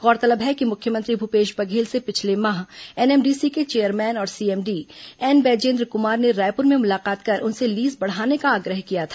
गौरतलब है कि मुख्यमंत्री भूपेश बघेल से पिछले माह एनएमडीसी के चेयरमैन और सीएमडी एन बैजेन्द्र कुमार ने रायपुर में मुलाकात कर उनसे लीज बढ़ाने का आग्रह किया था